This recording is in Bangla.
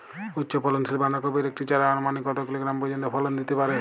উচ্চ ফলনশীল বাঁধাকপির একটি চারা আনুমানিক কত কিলোগ্রাম পর্যন্ত ফলন দিতে পারে?